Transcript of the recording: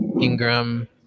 Ingram